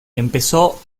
empezó